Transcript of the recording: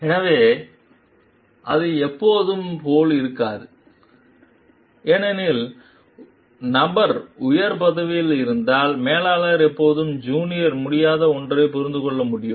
எனவே அது எப்போதும் போல் இருக்காது ஏனெனில் நபர் உயர் பதவியில் இருப்பதால் மேலாளர் எப்போதும் ஜூனியர் முடியாத ஒன்றை புரிந்து கொள்ள முடியும்